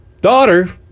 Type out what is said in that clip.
daughter